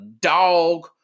dog